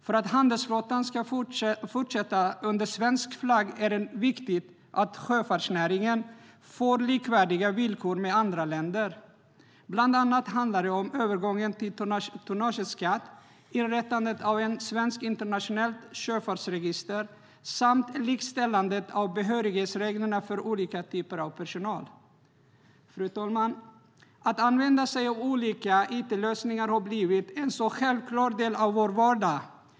För att handelsflottan ska fortsätta under svensk flagg är det viktigt att sjöfartsnäringen får villkor som är likvärdiga med dem i andra länder. Fru talman! Att använda sig av olika it-lösningar har blivit en självklar del av vår vardag.